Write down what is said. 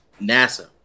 NASA